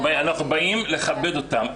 אנחנו באים לכבד אותן.